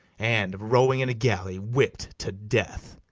and, rowing in a galley, whipt to death.